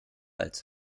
als